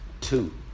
Two